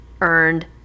earned